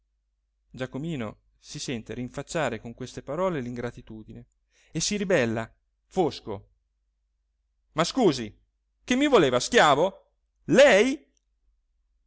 giacomino si sente rinfacciare con queste parole l'ingratitudine e si ribella fosco ma scusi che mi voleva schiavo lei